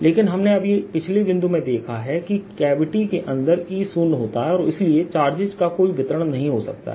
लेकिन हमने अभी पिछले बिंदु में देखा है कि कैविटी के अंदर E शून्य होता है और इसलिए चार्जेस का कोई वितरण नहीं हो सकता है